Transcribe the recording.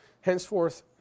Henceforth